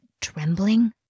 trembling